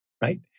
right